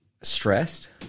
stressed